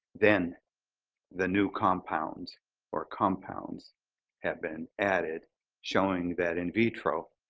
then the new compound or compounds had been added showing that in vitro,